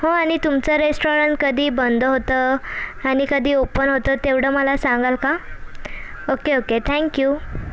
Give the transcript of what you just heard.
हो आणि तुमचं रेस्टॉरंट कधी बंद होतं आणि कधी ओपन होतं तेवढं मला सांगाल का ओके ओके थँक यू